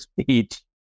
speech